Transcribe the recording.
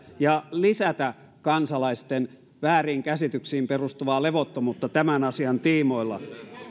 ja lisätä kansalaisten vääriin käsityksiin perustuvaa levottomuutta tämän asian tiimoilla